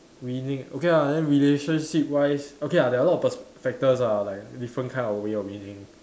winning okay ah then relationship wise okay ah there are lots of pers~ factors ah like different kind of ways of winning